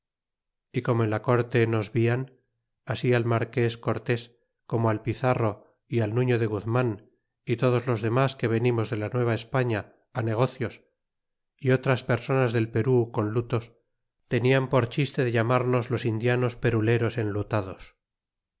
y como en la corte nos vian asi al marqués cortés como al pizarro y al nuño de guzman y todos los demas que venimos de la nueva españa negocios y otras personas del perú con lutos tefijan por chiste de llamarnos los indianos peruleros enlutados